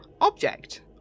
object